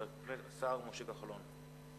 השר משה כחלון.